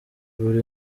buri